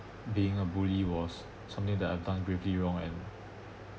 being a bully was something that I've done gravely wrong and